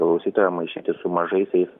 klausytoja maišyti su mažaisiais